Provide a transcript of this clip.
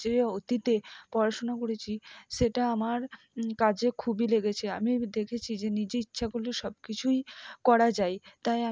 যে অতীতে পড়াশুনা করেছি সেটা আমার কাজে খুবই লেগেছে আমি দেখেছি যে নিজে ইচ্ছা করলে সব কিছুই করা যায় তাই আমি